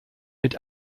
mit